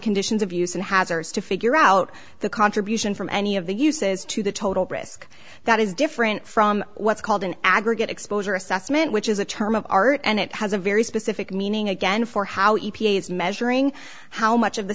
conditions of use and hazards to figure out the contribution from any of the uses to the total risk that is different from what's called an aggregate exposure assessment which is a term of art and it has a very specific meaning again for how e p a is measuring how much of the